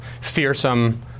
fearsome